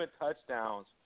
touchdowns